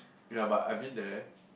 ya but I've been there